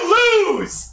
lose